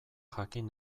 jakin